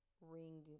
Ring